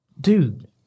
dude